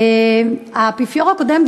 האפיפיור הקודם,